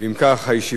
אם ירצה השם,